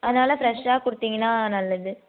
அதனால் ஃப்ரெஷ்ஷாக கொடுத்தீங்கன்னா நல்லது